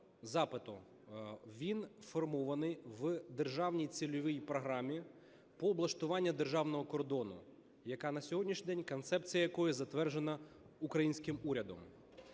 Він формований в державній цільовій програмі по облаштуванню державного кордону, яка... на сьогоднішній день концепція, яка затверджена українським урядом.